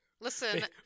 Listen